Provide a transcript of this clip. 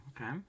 okay